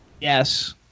Yes